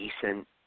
decent